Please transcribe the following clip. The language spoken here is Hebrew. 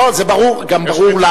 לא, גם ברור למה.